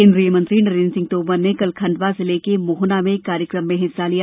केन्द्रीय मंत्री नरेन्द्र सिंह तोमर ने कल खंडवा जिले के मोहना में एक कार्यक्रम में हिस्सा लिया